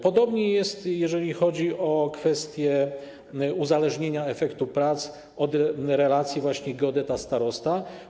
Podobnie jest, jeżeli chodzi o kwestię uzależnienia efektu prac od relacji właśnie geodeta - starosta.